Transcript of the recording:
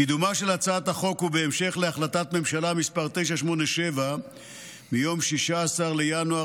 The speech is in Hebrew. קידומה של הצעת החוק הוא בהמשך להחלטת ממשלה מס' 987 מיום 16 בינואר